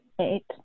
Eight